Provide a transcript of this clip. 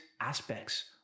aspects